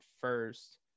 first